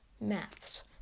Maths